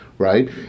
right